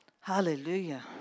Hallelujah